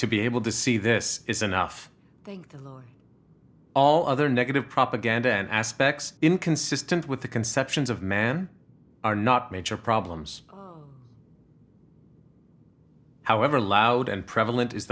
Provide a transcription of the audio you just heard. to be able to see this is enough thank all other negative propaganda and aspects inconsistent with the conceptions of man are not major problems however loud and prevalent